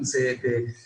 אם זה בפלמחים,